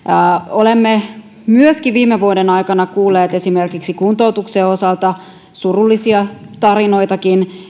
olemme myöskin viime vuoden aikana kuulleet esimerkiksi kuntoutuksen osalta surullisiakin tarinoita